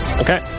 Okay